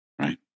Right